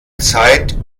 zeit